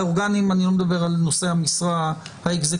האורגנים אני לא מדבר על נושא המשרה האקזקוטיבי.